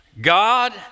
God